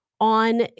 on